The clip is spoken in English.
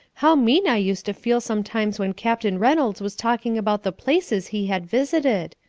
how mean i used to feel sometimes when captain reynolds was talking about the places he had visited!